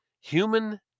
Human